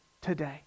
today